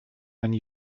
einen